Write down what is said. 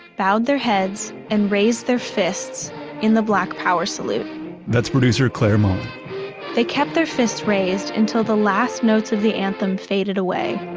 bowed their heads and raised their fists in the black power salute that's producer, claire mullen they kept their fists raised until the last notes of the anthem faded away.